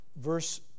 Verse